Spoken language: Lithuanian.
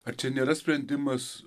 ar čia nėra sprendimas